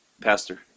pastor